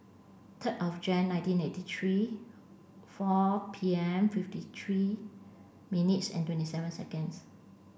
ten of Jan nineteen eighty three four P M fifty three minutes and twenty seven seconds